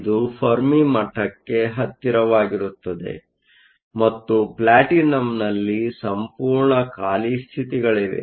ಇದು ಫೆರ್ಮಿ ಮಟ್ಟಕ್ಕೆ ಹತ್ತಿರವಾಗಿರುತ್ತದೆ ಮತ್ತು ಪ್ಲಾಟಿನಂನಲ್ಲಿ ಸಂಪೂರ್ಣ ಖಾಲಿ ಸ್ಥಿತಿಗಳಿವೆ